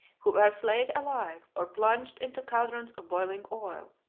who were flayed alive, or plunged into caldrons of boiling oil.